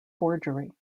forgery